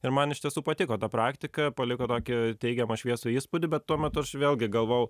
ir man iš tiesų patiko ta praktika paliko tokį teigiamą šviesų įspūdį bet tuo metu aš vėlgi galvojau